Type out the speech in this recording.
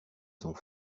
sont